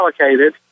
allocated